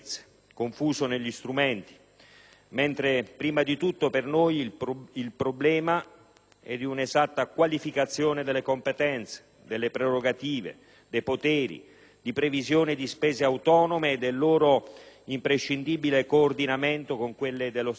strumenti. Prima di tutto, invece, per noi il problema è di un'esatta qualificazione delle competenze, delle prerogative, dei poteri, di previsione di spese autonome e del loro imprescindibile coordinamento con quelle dello Stato: in una parola,